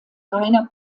rainer